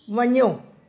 वञो